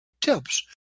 tips